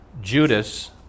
judas